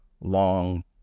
long